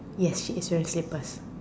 yes yes it's wearing slippers